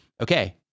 okay